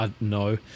No